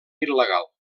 il·legal